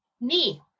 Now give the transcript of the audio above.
knee